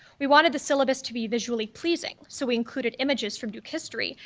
we wanted the syllabus to be visually pleasing, so we included images from duke history,